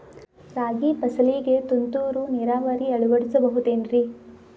ರಾಗಿ ಫಸಲಿಗೆ ತುಂತುರು ನೇರಾವರಿ ಅಳವಡಿಸಬಹುದೇನ್ರಿ?